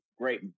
great